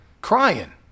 crying